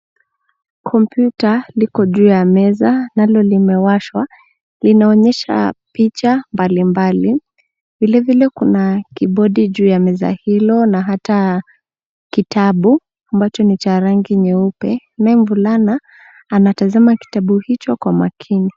Kompyuta liko juu ya meza nalo limewashwa, linaonyesha picha mbalimbali. Vilevile kuna kibodi juu ya meza hilo na hata kitabu ambacho ni cha rangi nyeupe, naye mvulana anatazama kitabu hicho kwa makini.